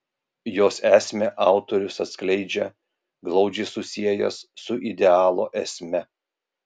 jos esmę autorius atskleidžia glaudžiai susiejęs su idealo esme